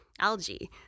algae